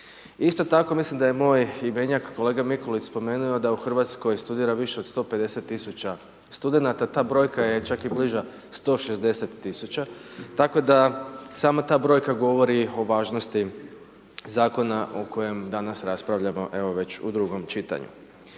Isto tako mislim da je moj imenjak kolega Mikulić spomenuo da u Hrvatskoj studira više od 150 tisuća studenata. Ta brojka je čak i bliža, 160 tisuća tako da sama ta brojka govori o važnosti zakona o kojem danas raspravljamo evo već u drugom čitanju.